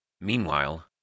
Meanwhile